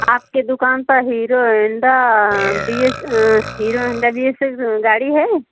आपके दुकान पर Hero Honda B S Hero Honda B S S गाड़ी है